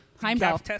Heimdall